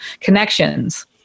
connections